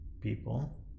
people